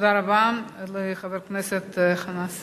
תודה רבה לחברת הכנסת חנא סוייד.